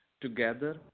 together